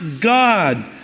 God